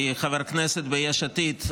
כחבר כנסת ביש עתיד,